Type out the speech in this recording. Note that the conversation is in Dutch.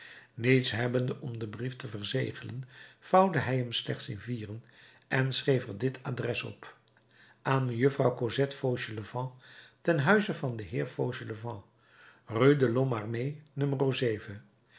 niets hebbende om den brief te verzegelen vouwde hij hem slechts in vieren en schreef er dit adres op aan mejuffrouw cosette fauchelevent ten huize van den heer fauchelevent rue de lhomme armé